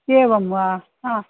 एवं वा हा